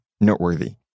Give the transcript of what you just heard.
noteworthy